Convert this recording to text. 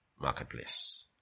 Marketplace